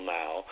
now